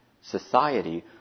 society